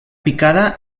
picada